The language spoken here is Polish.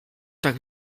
tak